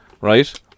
right